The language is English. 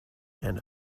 and